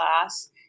class